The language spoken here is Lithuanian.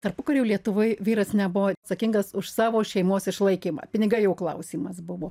tarpukario lietuvoj vyras nebuvo atsakingas už savo šeimos išlaikymą pinigai jo klausimas buvo